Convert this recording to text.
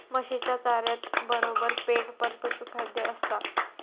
म्हशीच्या चाऱ्यातबरोबर पेंड पण पशुखाद्य असता